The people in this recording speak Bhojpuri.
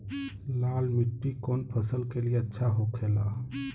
लाल मिट्टी कौन फसल के लिए अच्छा होखे ला?